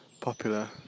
popular